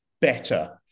better